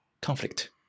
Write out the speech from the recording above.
conflict